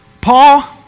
Paul